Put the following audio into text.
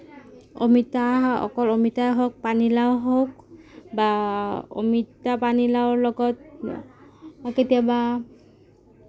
অমিতা অকল অমিতা হওঁক পানীলাউ হওঁক বা অমিতা পানীলাউৰ লগত কেতিয়াবা